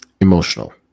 Emotional